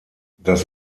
das